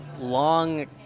long